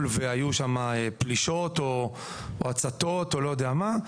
והיו שם פלישות או הצתות או לא יודע מה.